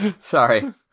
Sorry